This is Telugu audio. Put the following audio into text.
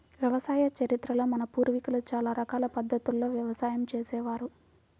వ్యవసాయ చరిత్రలో మన పూర్వీకులు చాలా రకాల పద్ధతుల్లో వ్యవసాయం చేసే వారు